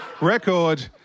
record